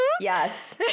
yes